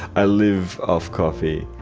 i live off coffee.